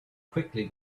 quickly